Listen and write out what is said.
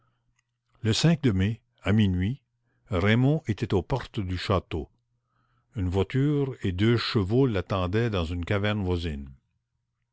le cinq de mai à minuit raymond était aux portes du château une voiture et deux chevaux l'attendaient dans une caverne voisine